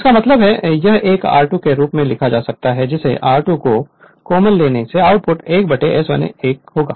इसका मतलब है यह एक r2 ' के रूप में लिखा जा सकता है जिसमें r2 ' को कोमल लेने से आउटपुट 1 s 1 होगा